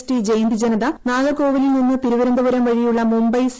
T Jayanti Janata നാഗർകോവിലിൽ നിന്ന് തിരുവനന്തപുരം വഴിയുള്ള മുംബൈ സി